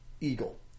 eagle